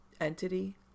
entity